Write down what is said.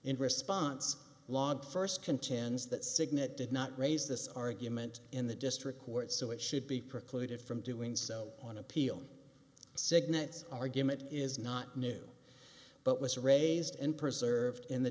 in response logged first contends that cigna did not raise this argument in the district court so it should be precluded from doing so on appeal cygnets argument is not new but was raised and preserved in the